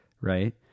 right